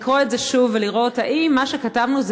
לקרוא את זה שוב ולראות: האם מה שכתבנו זה